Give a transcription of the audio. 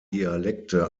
dialekte